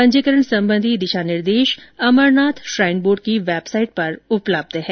पंजीकरण संबंधी दिशा निर्देश अमरनाथ श्राईन बोर्ड की वेबसाइट पर उपलब्ध है